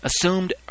assumed